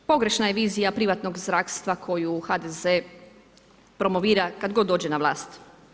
Da, pogrešna je vizija privatnog zdravstva koju HDZ promovira kad god dođe na vlast.